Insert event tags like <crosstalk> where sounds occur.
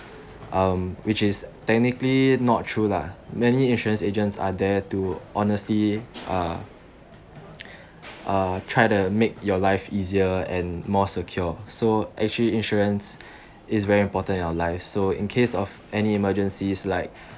um which is technically not true lah many insurance agents are there to honestly uh <noise> uh try to make your life easier and more secure so actually insurance is very important in your life so in case of any emergencies like